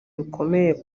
rukomeye